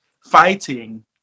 fighting